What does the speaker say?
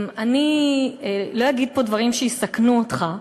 אני לא אגיד פה דברים שיסכנו אותך,